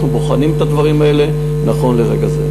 אנחנו בוחנים את הדברים האלה נכון לרגע זה.